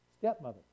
Stepmother